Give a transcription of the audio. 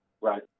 right